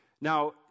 Now